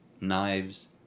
knives